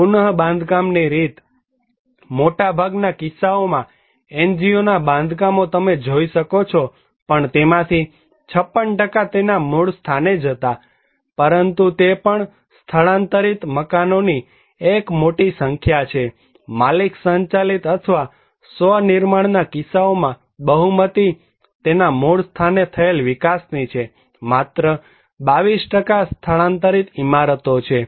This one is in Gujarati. પુનબાંધકામ ની રીત મોટાભાગના કિસ્સાઓમાં NGO ના બાંધકામો તમે જોઈ શકો છો પણ તેમાંથી 56 તેના મૂળ સ્થાને જ હતા પરંતુ તે પણ સ્થળાંતરિત મકાનોની એક મોટી સંખ્યા છે માલિક સંચાલિત અથવા સ્વનિર્માણના કિસ્સાઓમાં બહુમતી તેના મૂળ સ્થાને થયેલ વિકાસની છે માત્ર 22 સ્થળાંતરિત ઇમારતો છે